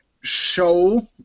show